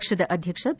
ಪಕ್ಷದ ಅಧ್ಯಕ್ಷ ಬಿ